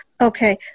Okay